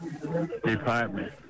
Department